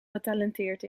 getalenteerd